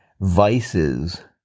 Vices